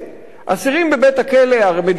הרי המדינה אחראית להם מבחינה רפואית,